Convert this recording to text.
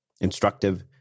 instructive